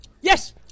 Yes